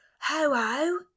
Ho-ho